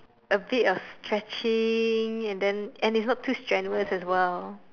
a bit of stretching and then and it's not too strenuous as well